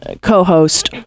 co-host